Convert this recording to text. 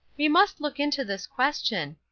we must look into this question.